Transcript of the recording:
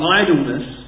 idleness